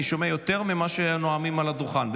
שומע יותר מאשר את הנואמים על הדוכן,